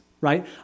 right